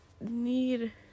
need